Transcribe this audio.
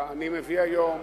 אני מביא היום